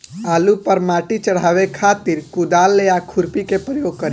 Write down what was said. आलू पर माटी चढ़ावे खातिर कुदाल या खुरपी के प्रयोग करी?